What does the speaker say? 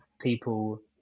people